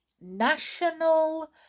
national